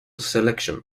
selection